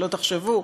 שלא תחשבו,